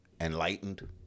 enlightened